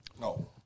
No